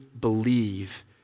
believe